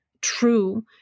true